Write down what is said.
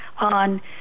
on